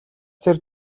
тэр